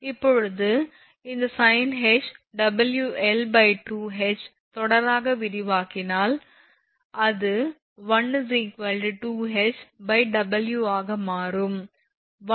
இப்போது இந்த sinh WL2H தொடராக விரிவாக்கினால் அது l 2HW ஆக மாறும் 11